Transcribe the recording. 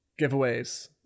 giveaways